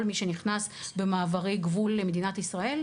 מי שנכנס במעברי הגבול למדינת ישראל,